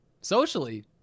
socially